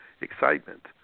excitement